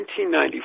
1994